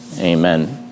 Amen